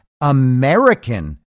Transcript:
American